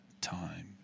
time